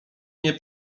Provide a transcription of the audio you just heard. nie